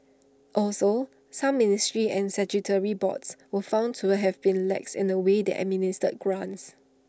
also some ministries and statutory boards were found to have been lax in the way they administered grants